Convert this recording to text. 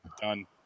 Done